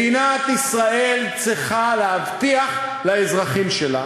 מדינת ישראל צריכה להבטיח לאזרחים שלה